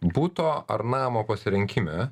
buto ar namo pasirinkime